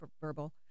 verbal